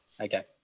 Okay